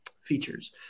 features